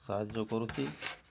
ସାହାଯ୍ୟ କରୁଛି